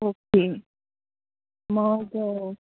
okay मग